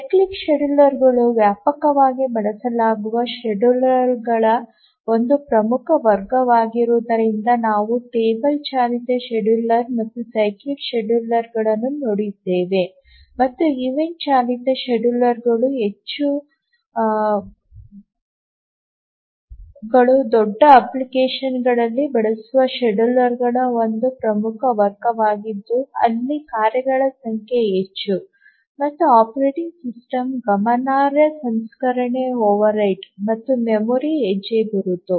cyclic ಶೆಡ್ಯೂಲರ್ಗಳು ವ್ಯಾಪಕವಾಗಿ ಬಳಸಲಾಗುವ ಶೆಡ್ಯೂಲರ್ಗಳ ಒಂದು ಪ್ರಮುಖ ವರ್ಗವಾಗಿರುವುದರಿಂದ ನಾವು ಟೇಬಲ್ ಚಾಲಿತ ಶೆಡ್ಯೂಲರ್ ಮತ್ತು ಸೈಕ್ಲಿಕ್ ಶೆಡ್ಯೂಲರ್ ಗಳನ್ನು ನೋಡಿದ್ದೇವೆ ಮತ್ತು ಈವೆಂಟ್ ಚಾಲಿತ ಶೆಡ್ಯೂಲರ್ಗಳು ದೊಡ್ಡ ಅಪ್ಲಿಕೇಶನ್ಗಳಲ್ಲಿ ಬಳಸುವ ಶೆಡ್ಯೂಲರ್ಗಳ ಒಂದು ಪ್ರಮುಖ ವರ್ಗವಾಗಿದ್ದು ಅಲ್ಲಿ ಕಾರ್ಯಗಳ ಸಂಖ್ಯೆ ಹೆಚ್ಚು ಮತ್ತು ಆಪರೇಟಿಂಗ್ ಸಿಸ್ಟಮ್ ಗಮನಾರ್ಹ ಸಂಸ್ಕರಣೆ ಓವರ್ಹೆಡ್ ಮತ್ತು ಮೆಮೊರಿ ಹೆಜ್ಜೆಗುರುತು